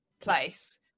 place